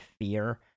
fear